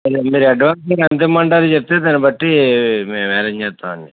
మరి మీరు అడ్వాన్స్ ఎంత ఇవ్వమ్మంటారో చెప్తే దాన్ని బట్టి మేము అరేంజ్ చేస్తాం అండి